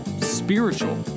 spiritual